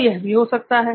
तो यह भी हो सकता है